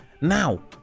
Now